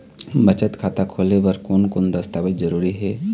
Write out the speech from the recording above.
बचत खाता खोले बर कोन कोन दस्तावेज जरूरी हे?